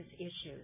issues